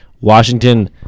Washington